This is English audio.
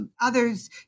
others